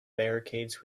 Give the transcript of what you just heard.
barricades